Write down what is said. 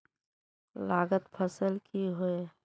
लागत फसल की होय?